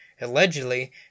Allegedly